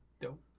Dope